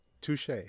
touche